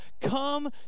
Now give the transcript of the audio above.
come